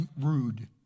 rude